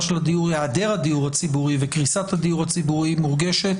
של היעדר הדיור הציבורי וקריסת הדיור הציבורי מורגשת.